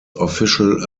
official